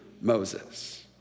Moses